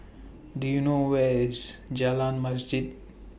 Do YOU know Where IS Jalan Masjid